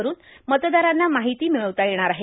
करून मतदारांना माहिती मिळवता येणार आहे